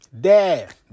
dad